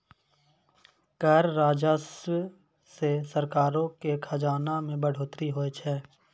कर राजस्व से सरकारो के खजाना मे बढ़ोतरी होय छै